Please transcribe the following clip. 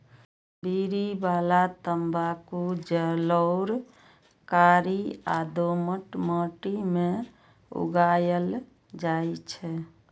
बीड़ी बला तंबाकू जलोढ़, कारी आ दोमट माटि मे उगायल जाइ छै